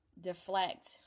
deflect